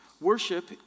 Worship